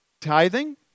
tithing